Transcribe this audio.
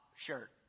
shirt